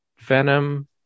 Venom